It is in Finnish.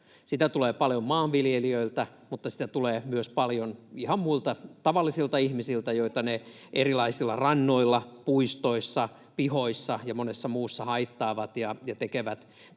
Sitä tulee paljon maanviljelijöiltä, mutta sitä tulee paljon myös ihan muilta tavallisilta ihmisiltä, joita ne erilaisilla rannoilla, puistoissa, pihoissa ja monessa muussa haittaavat ja tekevät, jos eivät